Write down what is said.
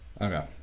Okay